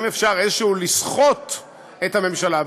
אם אפשר איכשהו לסחוט את הממשלה,